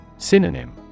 Synonym